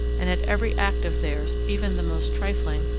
and at every act of theirs, even the most trifling,